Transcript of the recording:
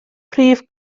prif